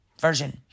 version